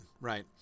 right